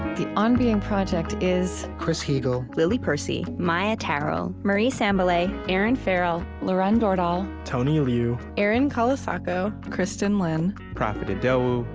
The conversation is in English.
the on being project is chris heagle, lily percy, maia tarrell, marie sambilay, erinn farrell, lauren dordal, tony liu, erin colasacco, kristin lin, profit idowu,